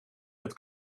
met